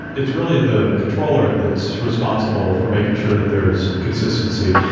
it's really the controller that's responsible for making sure that there's consistency.